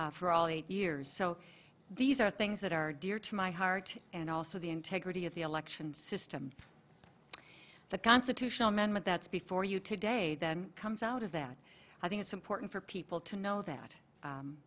for all eight years so these are things that are dear to my heart and also the integrity of the election system the constitutional amendment that's before you today then comes out of that i think it's important for people to know that